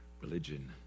religion